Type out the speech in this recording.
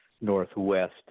northwest